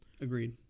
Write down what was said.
Agreed